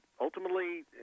ultimately